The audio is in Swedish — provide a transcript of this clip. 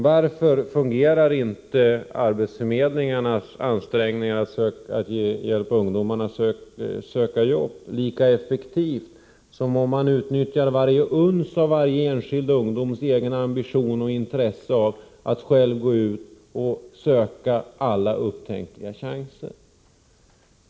Varför fungerar inte arbetsförmedlingarnas ansträngningar att hjälpa ungdomarna söka jobb lika effektivt som om man utnyttjade varje uns av varje enskild ungdoms egen ambition och intresse av att själv gå ut och söka efter alla upptänkliga chanser?